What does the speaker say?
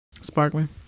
Sparkling